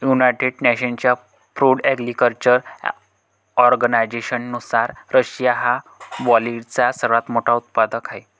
United नेशन्सच्या food agriculture ऑर्गनायझेशननुसार, Russia हा बार्लीचा सर्वात मोठा उत्पादक आहे